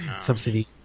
subsidy